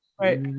Right